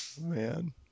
man